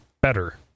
better